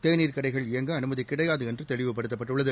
தேநீர் கடைகள் இயங்க அனுமதி கிடையாது என்று தெளிவுபடுத்தப்பட்டுள்ளது